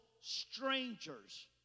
strangers